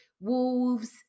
wolves